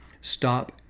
Stop